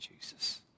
Jesus